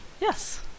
Yes